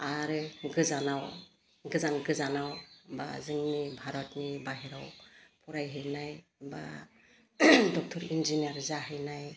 आरो गोजानाव गोजान गोजानाव बा जोंनि भारतनि बाइहेराव फरायहैनाय बा डक्टर इन्जिनियार जाहैनाय